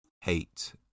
hate